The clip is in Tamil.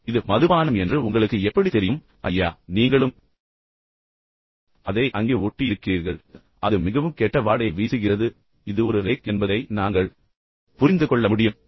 எனவே இது மதுபானம் என்று உங்களுக்கு எப்படித் தெரியும் ஐயா நீங்களும் அதை அங்கே ஒட்டி இருக்கிறீர்கள் பின்னர் அது மிகவும் கெட்ட வாடையை வீசுகிறது எனவே இது ஒரு ரேக் என்பதை நாங்கள் புரிந்து கொள்ள முடியும்